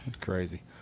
Crazy